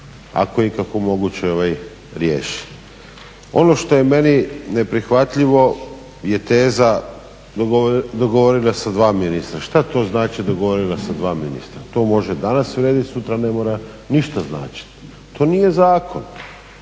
ako je ikako moguće riješi. Ono što je meni neprihvatljivo je teza dogovorena sa dva ministra. Šta to znači dogovorena sa dva ministra? To može danas vrijedit, sutra ne mora ništa značiti, to nije zakon.